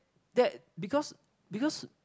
that because because